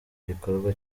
gikorwa